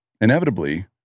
Inevitably